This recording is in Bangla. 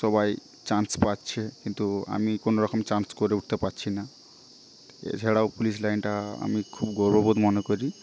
সবাই চান্স পাচ্ছে কিন্তু আমি কোনোরকম চান্স করে উঠতে পাচ্ছি না এছাড়াও পুলিশ লাইনটা আমি খুব গর্ভবোধ মনে করি